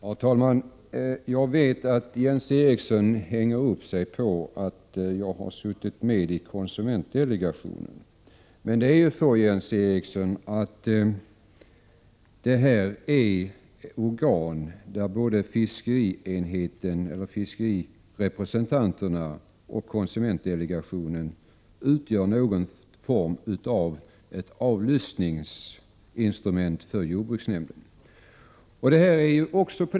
Herr talman! Jag vet att Jens Eriksson hänger upp sig på att jag har suttit med i konsumentdelegationen. Men det är ju så, Jens Eriksson, att både fiskerirepresentanterna och konsumentdelegationen utgör något slags avlyssningsinstrument för jordbruksnämnden.